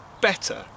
better